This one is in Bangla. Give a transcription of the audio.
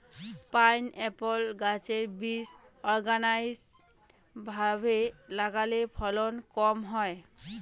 পাইনএপ্পল গাছের বীজ আনোরগানাইজ্ড ভাবে লাগালে ফলন কম হয়